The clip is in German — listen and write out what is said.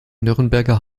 nürnberger